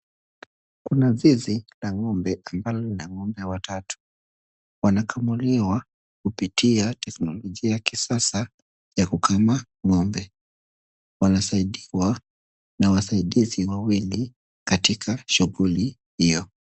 Kuna zizi la ng'ombe ambalo lina ng'ombe watatu. Wanakamuliwa kupitia teknolojia ya kisasa ya kukama ng'ombe. Wanasaidiwa na wasaidizi wawili katika shughuli hio.